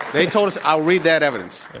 they told us, i'll read that evidence.